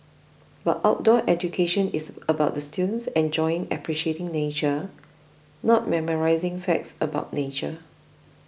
but outdoor education is about the students enjoying appreciating nature not memorising facts about nature